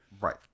Right